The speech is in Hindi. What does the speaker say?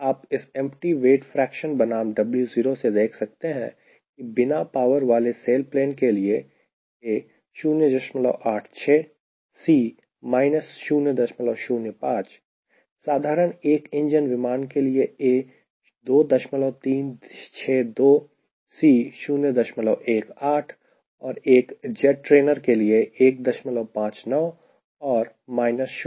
आप इस एम्पटी वेट फ्रेक्शन बनाम W0 से देख सकते हैं की बिना पावर वाले सेल प्लेन के लिए A 086 C 005 साधारण एक इंजन वाले विमान के लिए A 2362 C 018 और एक जेट ट्रेनर के लिए 159 और 010